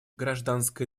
гражданское